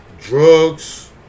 drugs